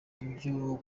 ibyo